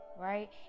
right